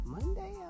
Monday